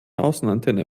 außenantenne